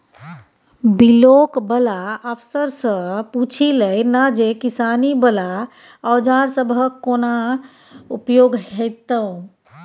Block बला अफसरसँ पुछि लए ना जे किसानी बला औजार सबहक कोना उपयोग हेतै?